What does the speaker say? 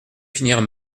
finirent